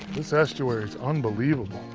this estuary is unbelievable.